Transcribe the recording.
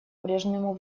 прежнему